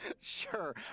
Sure